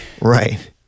Right